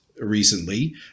recently